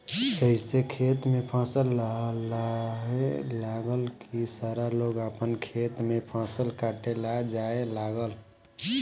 जइसे खेत में फसल लहलहाए लागल की सारा लोग आपन खेत में फसल काटे ला जाए लागल